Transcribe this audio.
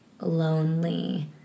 lonely